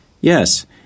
Yes